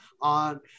on